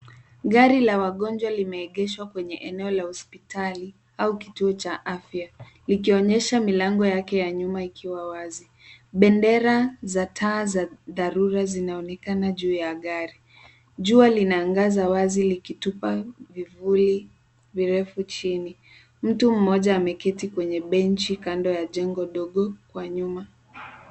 Gari la wagonjwa limeegeshwa kwenye eneo la hospitali au kituo cha afya. Ikionyesha milango yake ya nyuma ikiwa wazi. Bendera za taa za dharura zinaonekana juu ya gari. Jua linaangaza wazi likitupa vivuli virefu chini. Mtu mmoja ameketi kwenye benchi kando ya jengo ndogo kwa nyuma.